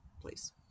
please